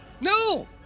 No